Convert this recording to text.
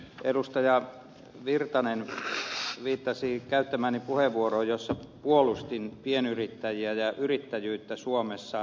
erkki virtanen viittasi käyttämääni puheenvuoroon jossa puolustin pienyrittäjiä ja yrittäjyyttä suomessa